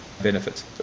benefits